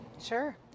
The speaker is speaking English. Sure